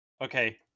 Okay